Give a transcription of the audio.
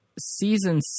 season